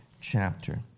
chapter